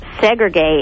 segregate